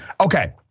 Okay